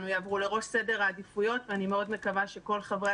יעברו לראש סדר העדיפויות ואני מאוד מקווה שכל חברי